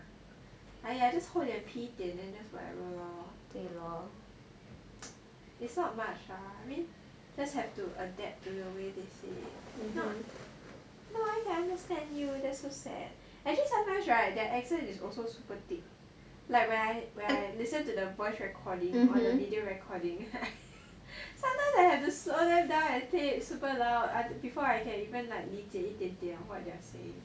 !aiya! just 厚脸皮一点 then just whatever lor you know it's not much lah I mean just have to adapt to the way the speak if not no I cannot understand you that's so sad actually sometimes right their accent is also super thick like when I listen to the voice recording or the video recording right sometimes I have to slow them down and take super long before I can even like 了解一点点 what they are saying